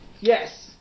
Yes